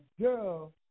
girl